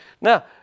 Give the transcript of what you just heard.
Now